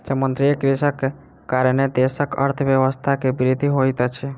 समुद्रीय कृषिक कारणेँ देशक अर्थव्यवस्था के वृद्धि होइत अछि